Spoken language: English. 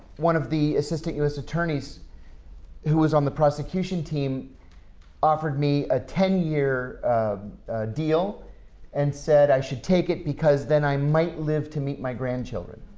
one of the assistant us attorneys who was on the prosecution team offered me a ten year deal and said i should take it because then i might live to meet my grandchildren.